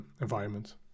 environment